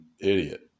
idiot